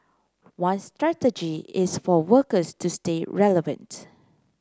one strategy is for workers to stay relevant